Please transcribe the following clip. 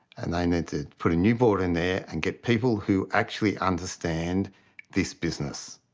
and they need to put a new board in there and get people who actually understand this business.